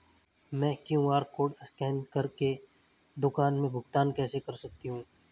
मैं QR code scan कर के दुकान में भुगतान कैसे कर सकती हूँ?